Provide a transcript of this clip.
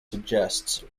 suggests